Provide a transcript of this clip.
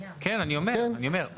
כן, אני אומר.